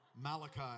Malachi